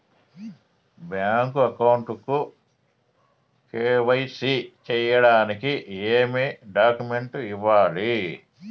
Bank account కు KYC సేయడానికి ఏమేమి డాక్యుమెంట్ ఇవ్వాలి?